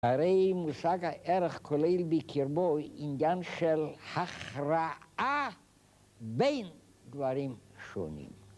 הרי מושג הערך כולל בקרבו עניין של הכרעה בין דברים שונים.